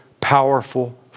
powerful